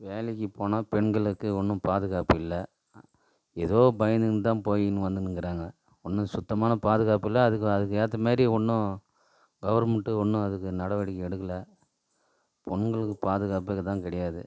வேலைக்குப் போனால் பெண்களுக்கு ஒன்றும் பாதுகாப்பு இல்லை ஏதோ பயந்துக்கின்னு தான் போயிக்கின்னு வந்துக்கின்னு இருக்கிறாங்க ஒன்றும் சுத்தமான பாதுகாப்பு இல்லை அதுக்கு அதுக்கு ஏற்ற மாரி ஒன்றும் கவர்மெண்டு ஒன்றும் அதுக்கு நடவடிக்கை எடுக்கலை பெண்களுக்கு பாதுகாப்பே தான் கிடையாது